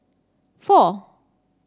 four